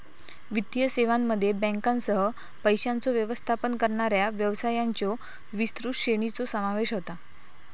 वित्तीय सेवांमध्ये बँकांसह, पैशांचो व्यवस्थापन करणाऱ्या व्यवसायांच्यो विस्तृत श्रेणीचो समावेश होता